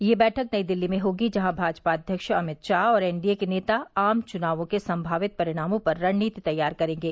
यह बैठक नई दिल्ली में होगी जहां भाजपा अध्यक्ष अभित शाह और एनडीए के नेता आम चुनावों के संभावित परिणामों पर रणनीति तैयार करेंगे